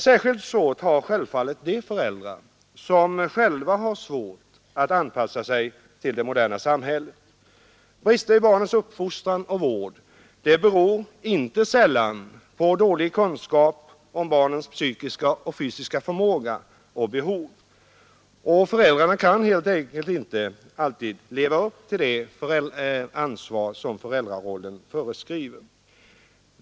Särskilt besvärligt får givetvis de föräldrar som själva har svårt att anpassa sig till det moderna samhället. Brister i barnens uppfostran och vård beror inte sällan på dålig kunskap om barnens psykiska och fysiska förmåga och behov. Föräldrarna kan helt enkelt inte alltid leva upp till det ansvar som föräldrarollen föreskriver.